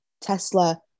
Tesla